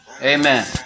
Amen